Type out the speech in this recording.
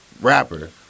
rapper